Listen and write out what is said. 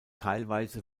teilweise